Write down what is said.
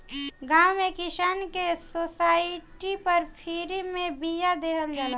गांव में किसान के सोसाइटी पर फ्री में बिया देहल जाला